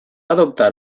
adoptar